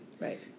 right